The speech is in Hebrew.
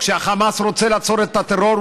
כשהחמאס רוצה לעצור את הטרור,